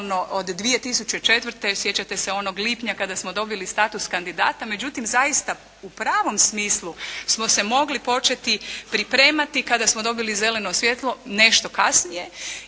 od 2004., sjećate se onog lipnja kada smo dobili status kandidata. Međutim, zaista u pravom smislu smo se mogli početi pripremati kada smo dobili zeleno svjetlo nešto kasnije